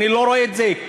אני לא רואה את זה.